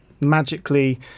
magically